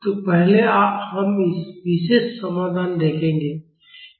तो पहले हम विशेष समाधान देखेंगे